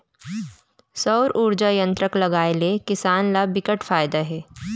सउर उरजा संयत्र लगाए ले किसान ल बिकट फायदा हे